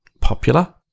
popular